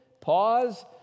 pause